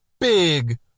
big